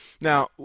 Now